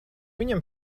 viņam